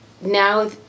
now